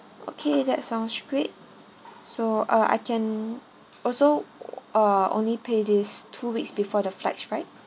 okay that sounds great so uh I can also uh only pay this two weeks before the flights right